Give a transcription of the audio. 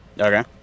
Okay